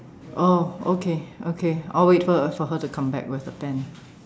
oh okay okay I will wait for her for her to come back with a pen